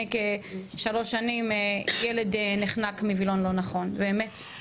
כשלוש שנים ילד נחנק מווילון לא נכון ומת,